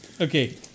Okay